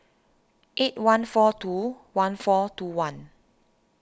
eight one four two one four two one